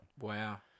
Wow